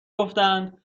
گفتند